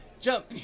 Jump